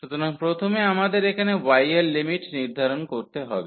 সুতরাং প্রথমে আমাদের এখানে y এর লিমিট নির্ধারণ করতে হবে